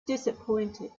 disappointed